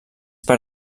per